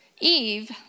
Eve